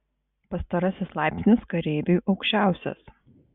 pastarasis laipsnis kareiviui aukščiausias